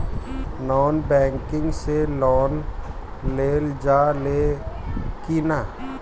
Non banking से loan लेल जा ले कि ना?